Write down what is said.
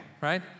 right